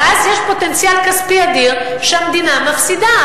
ואז יש פוטנציאל כספי אדיר שהמדינה מפסידה,